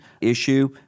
issue